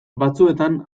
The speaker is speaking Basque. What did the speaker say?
batzuetan